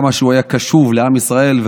כמה הוא היה קשוב לעם ישראל,